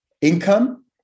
income